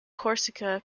corsica